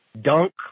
dunk